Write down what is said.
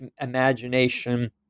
imagination